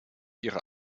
ihre